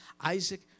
Isaac